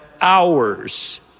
hours